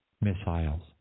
missiles